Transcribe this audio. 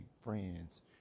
friends